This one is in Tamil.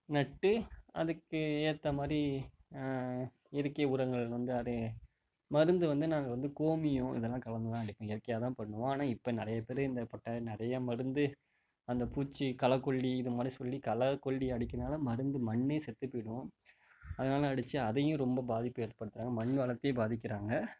நட்டு அதுக்கு ஏற்ற மாதிரி இயற்கை உரங்கள் வந்து அதை மருந்து வந்து நாங்கள் வந்து கோமியம் இதெல்லாம் கலந்துதான் அடிப்போம் இயற்கையாக தான் பண்ணுவோம் ஆனால் இப்போ நிறைய பேர் என்ன பண்ணிவிட்டாங்க நிறைய மருந்து அந்த பூச்சி களைக்கொல்லி இது மாதிரி சொல்லி களைக்கொல்லி அடிக்கிறதுனால் மருந்து மண்ணே செத்து போய்விடும் அதெல்லாம் அடிச்சு அதையும் ரொம்ப பாதிப்பு ஏற்படுத்துகிறாங்க மண் வளத்தையே பாதிக்கிறாங்க